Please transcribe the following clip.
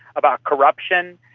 about corruption,